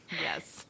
yes